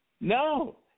no